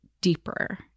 deeper